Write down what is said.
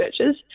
searches